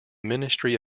ministry